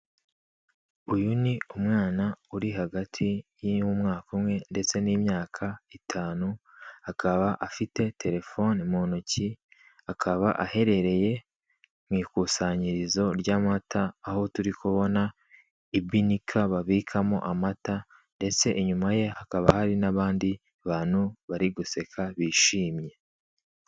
Uyu ni umwana uri hagati y'umwaka umwe ndetse n'imyaka itanu, akaba afite telefone mu ntoki, akaba aherereye mu ikusanyirizo ry'amata, aho turi kubona ibinika babikamo amata ndetse inyuma ye hakaba hari n'abandi bantu bari guseka bishimye.